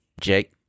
Jake